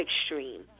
extreme